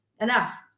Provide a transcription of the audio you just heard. enough